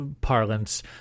parlance